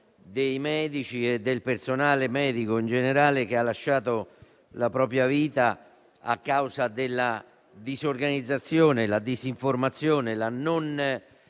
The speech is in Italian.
dei medici e del personale medico in generale che ha perso la propria vita a causa della disorganizzazione, della disinformazione, della